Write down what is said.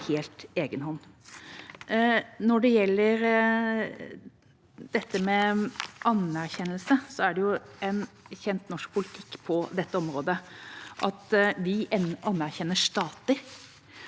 Når det gjelder anerkjennelse: Det er en kjent norsk politikk på dette området, vi anerkjenner stater.